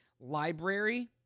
library